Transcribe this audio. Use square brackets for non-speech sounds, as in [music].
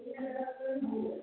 [unintelligible]